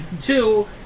Two